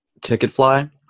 Ticketfly